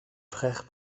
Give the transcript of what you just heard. frères